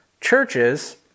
Churches